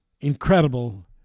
incredible